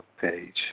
page